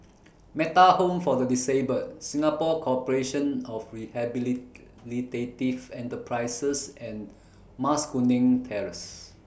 Metta Home For The Disabled Singapore Corporation of Rehabilitative Enterprises and Mas Kuning Terrace